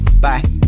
Bye